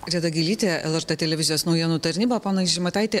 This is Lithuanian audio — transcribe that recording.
reda gilytė lrt televizijos naujienų tarnyba ponas žemaitaiti